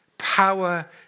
Power